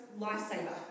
lifesaver